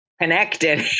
connected